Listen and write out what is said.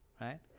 Right